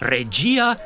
Regia